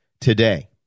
today